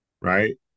Right